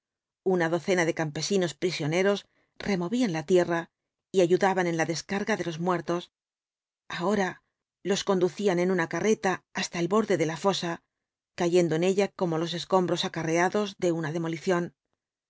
una docena de campesinos prisioneros removían la tierra y ayudaban en la descarga de los muertos ahora los conducían en una carreta hasta el borde de la fosa cayendo en ella como los escombros acarreados de una demolición